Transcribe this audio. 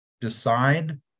decide